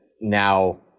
now